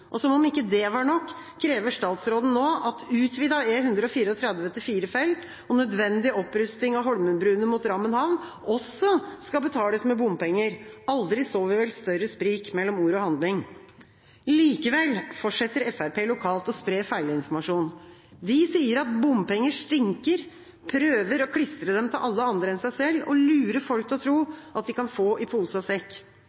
Og som om ikke det var nok, krever statsråden nå at utvidet E134 til fire felt og nødvendig opprusting av Holmenbruene mot Drammen havn også skal betales med bompenger. Aldri så vi vel større sprik mellom ord og handling. Likevel fortsetter Fremskrittspartiet lokalt å spre feilinformasjon. De sier at bompenger stinker, prøver å klistre dem til alle andre enn seg selv og lurer folk til å